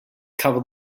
cover